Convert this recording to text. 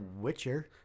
Witcher